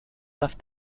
left